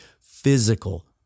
physical